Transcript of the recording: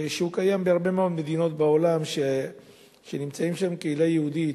שהוא קיים בהרבה מאוד מדינות בעולם שנמצאת שם קהילה יהודית,